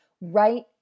right